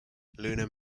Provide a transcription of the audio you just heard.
lunar